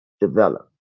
develop